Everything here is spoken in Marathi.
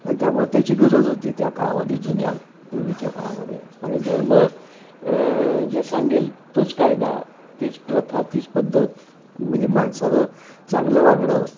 आणि त्यामुळे त्याची गरज होती त्या काळामध्ये जुन्या पूर्वीच्या काळामध्ये आणि धर्म जे सांगेल तोच कायदा तीच प्रथा तीच पद्धत म्हणजे माणसानं चांगलं वागणं